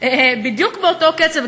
בדיוק באותו קצב,